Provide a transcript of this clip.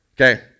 Okay